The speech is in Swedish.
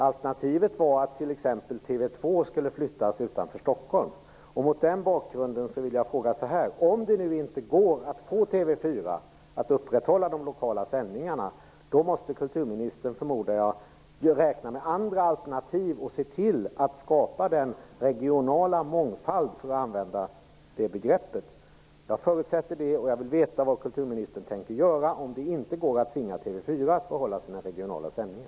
Alternativet var att t.ex. TV 2 skulle flyttas utanför Stockholm. Mot den bakgrunden har jag en fråga. Om det inte går att få TV 4 att upprätthålla de lokala sändningarna måste kulturministern, förmodar jag, räkna med andra alternativ och se till att regional mångfald skapas. Jag förutsätter att det är så. Vad tänker alltså kulturministern göra om det inte går att tvinga TV 4 att behålla sina regionala sändningar?